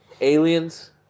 Aliens